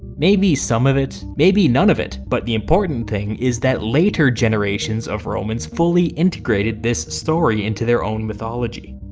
maybe some of it, maybe none of it, but the important thing is that later generations of romans fully integrated this story into their own mythology.